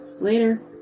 Later